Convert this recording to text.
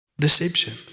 Deception